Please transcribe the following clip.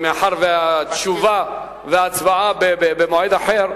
מאחר שהתשובה וההצבעה במועד אחר,